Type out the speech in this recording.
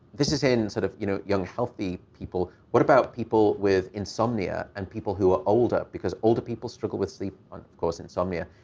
this is in sort of, you know, young healthy people, what about people with insomnia, and people who are older. because older people struggle with sleep and, of course, insomnia.